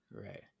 Right